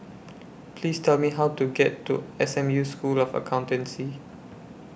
Please Tell Me How to get to S M U School of Accountancy